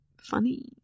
funny